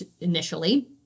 initially